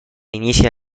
inicia